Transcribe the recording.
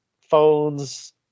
phones